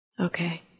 Okay